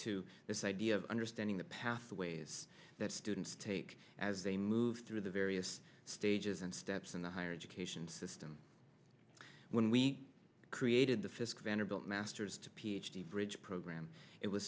to this idea of understanding the pathways that students take as they move through the various stages and steps in the higher education system when we created the fisc vanderbilt masters to p h d bridge program it was